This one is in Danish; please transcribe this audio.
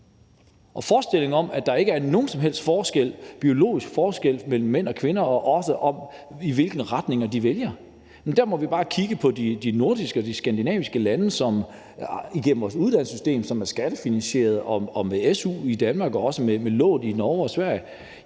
til forestillingen om, at der ikke er nogen som helst biologisk forskel mellem mænd og kvinder eller på, hvilken retning de vælger, må vi bare kigge på de nordiske og de skandinaviske lande, hvor vi har vores uddannelsessystem, som er skattefinansieret med su i Danmark og med lån i Norge og Sverige;